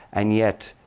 and yet,